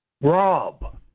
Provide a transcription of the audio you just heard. Rob